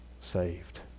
saved